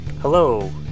Hello